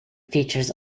features